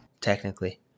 technically